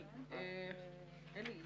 אבל אלי,